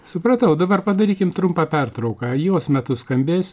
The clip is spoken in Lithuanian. supratau dabar padarykim trumpą pertrauką jos metu skambės